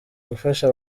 gufasha